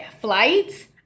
flights